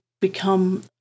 become